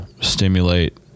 stimulate